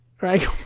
Right